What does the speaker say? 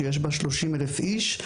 שיש בה 30 אלף איש.